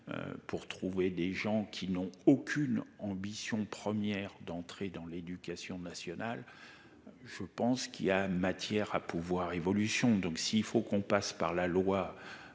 Pour trouver des gens qui n'ont aucune ambition première d'entrer dans l'éducation nationale. Je pense qu'il y a matière à pouvoir évolution donc s'il faut qu'on passe par la loi.